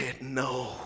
no